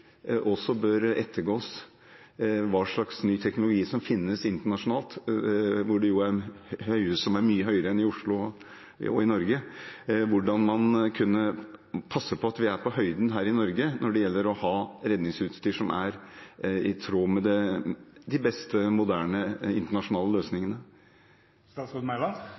bør ettergås, hva slags ny teknologi som finnes internasjonalt, hvor det jo er høyhus som er mye høyere enn i Oslo og i Norge. Hvordan passer man på at vi er på høyden her i Norge når det gjelder å ha redningsutstyr som er i tråd med de beste moderne, internasjonale løsningene?